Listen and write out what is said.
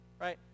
right